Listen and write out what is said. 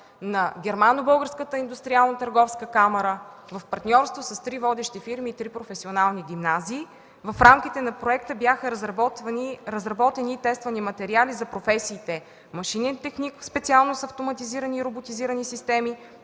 на Германо-Българската индустриално-търговска камара, в партньорство с три водещи фирми и три професионални гимназии. В рамките на проекта бяха разработени и тествани материали за професиите: машинен техник, специалност „Автоматизирани и роботизирани системи”,